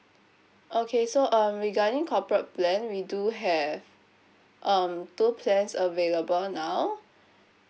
okay so um regarding corporate plan we do have um two plans available now